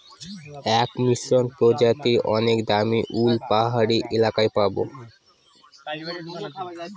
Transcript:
এক মসৃন প্রজাতির অনেক দামী উল পাহাড়ি এলাকায় পাবো